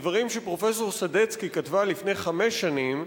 ודברים שפרופסור סדצקי כתבה לפני חמש שנים,